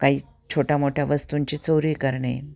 काही छोट्या मोठ्या वस्तूंची चोरी करणे